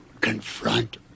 confront